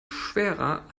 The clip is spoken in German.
schwerer